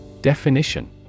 Definition